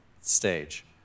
stage